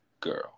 girl